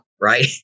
right